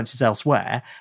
elsewhere